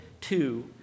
two